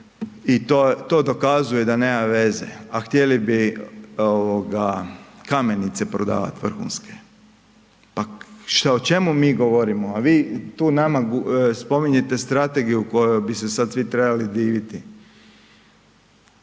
to dokazuje da nema veze, a htjeli bi ovoga kamenice prodovat vrhunske. Pa šta, o čemu mi govorimo? A vi tu nama spominjete strategiju kojoj bi se sad svi trebali diviti.